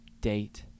date